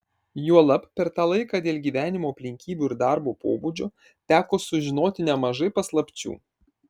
juolab per tą laiką dėl gyvenimo aplinkybių ir darbo pobūdžio teko sužinoti nemažai paslapčių